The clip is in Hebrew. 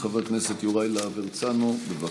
חבר הכנסת יוראי להב הרצנו, בבקשה.